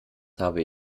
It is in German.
habe